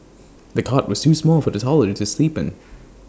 the cot was too small for the toddler to sleep in